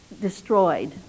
destroyed